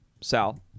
Sal